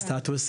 הסטטוס,